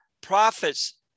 prophets